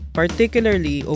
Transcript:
particularly